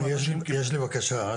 יש לי בקשה אליכם,